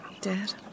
dead